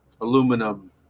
aluminum